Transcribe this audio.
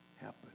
happen